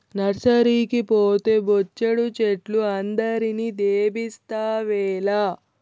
నర్సరీకి పోతే బొచ్చెడు చెట్లు అందరిని దేబిస్తావేల